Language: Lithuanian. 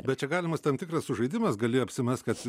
bet čia galimas tam tikras sužaidimas gali apsimest kad